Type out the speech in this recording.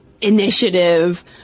initiative